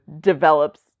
develops